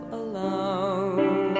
alone